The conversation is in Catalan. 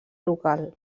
local